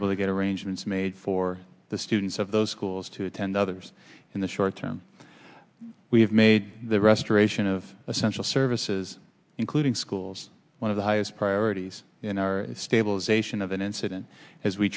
able to get arrangements made for the students of those schools to attend others in the short we have made the restoration of essential services including schools one of the highest priorities in our stabilization of an incident as we